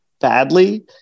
badly